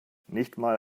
nichtmal